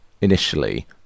initially